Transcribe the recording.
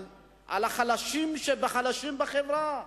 על החלשים שבחלשים שבחברה.